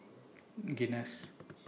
Guinness